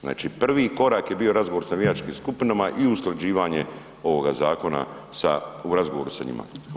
Znači prvi korak je bio razgovor sa navijačkim skupinama i u usklađivanje ovoga zakona u razgovoru sa njima.